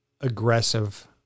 aggressive